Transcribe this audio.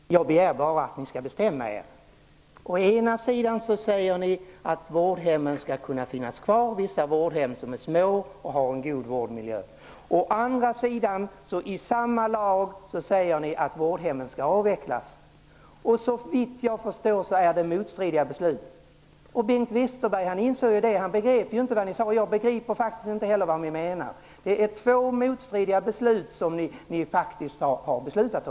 Herr talman! Jag begär bara att ni skall bestämma er. Å ena sidan säger ni att vissa vårdhem som är små och har en god vårdmiljö skall kunna finnas kvar. Å andra sidan säger ni att vårdhemmen skall avvecklas. Såvitt jag förstår är detta motstridiga uppfattningar. Bengt Westerberg insåg det. Han begrep inte vad ni sade. Jag begriper faktiskt inte heller vad ni menar. Det är två motstridiga beslut som ni har fattat.